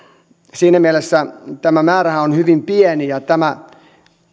siinä mielessä tämä määrähän on hyvin pieni ja tämä